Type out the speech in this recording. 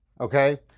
Okay